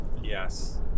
Yes